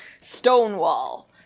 Stonewall